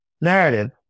narrative